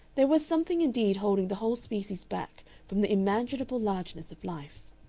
there was something indeed holding the whole species back from the imaginable largeness of life.